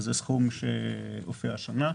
אז זה סכום שהופיע השנה.